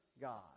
God